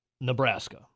Nebraska